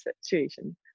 situation